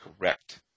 Correct